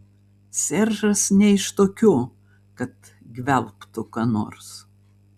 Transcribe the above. seržas ne iš tokių kad gvelbtų ką nors